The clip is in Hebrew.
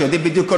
שיודעים בדיוק,